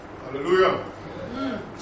Hallelujah